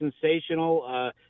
sensational